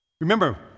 Remember